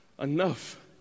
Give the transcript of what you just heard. enough